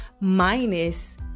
minus